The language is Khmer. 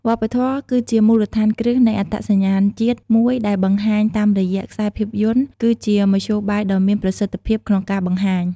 វប្បធម៌ គឺជាមូលដ្ឋានគ្រឹះនៃអត្តសញ្ញាណជាតិមួយដែលបង្ហាញតាមរយះខ្សែភាពយន្ត គឺជាមធ្យោបាយដ៏មានប្រសិទ្ធភាពក្នុងការបង្ហាញ។